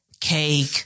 Cake